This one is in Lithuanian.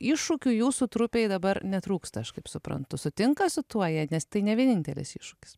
iššūkių jūsų trupei dabar netrūksta aš kaip suprantu sutinka su tuo jie nes tai ne vienintelis iššūkis